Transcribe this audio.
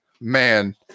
man